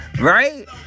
Right